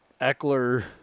Eckler